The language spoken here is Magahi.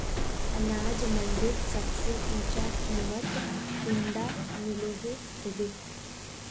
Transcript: अनाज मंडीत सबसे ऊँचा कीमत कुंडा मिलोहो होबे?